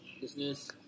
Business